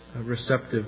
receptive